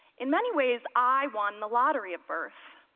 in many ways i won the lottery at birth.